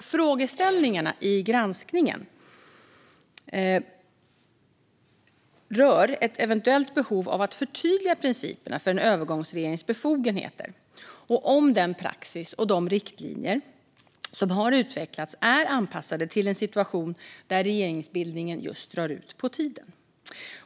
Frågeställningarna i granskningen rör ett eventuellt behov av att förtydliga principerna för en övergångsregerings befogenheter och huruvida den praxis och de riktlinjer som har utvecklats är anpassade till en situation där regeringsbildningen drar ut på tiden.